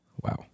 Wow